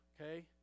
okay